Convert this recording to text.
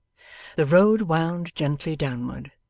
the road wound gently downward.